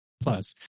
Plus